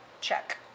check